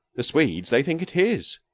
the swedes, they think it his.